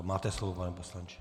Máte slovo, pane poslanče.